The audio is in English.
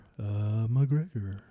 McGregor